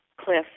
cliff